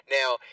Now